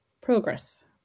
progress